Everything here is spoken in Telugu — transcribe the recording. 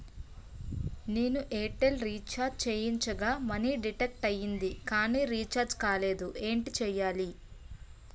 నేను ఎయిర్ టెల్ రీఛార్జ్ చేయించగా మనీ డిడక్ట్ అయ్యింది కానీ రీఛార్జ్ కాలేదు ఏంటి చేయాలి?